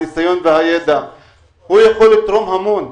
הניסיון והידע יכול לתרום המון.